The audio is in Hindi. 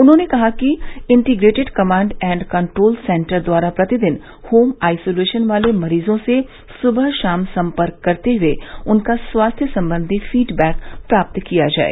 उन्होंने कहा कि integrated command and control centre द्वारा प्रतिदिन होम आइसोलेशन वाले मरीजो से सुबह शाम सम्पर्क करते हुए उनका स्वास्थ सम्बंधी फीड बैक प्राप्त किया जाय